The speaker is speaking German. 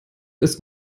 ist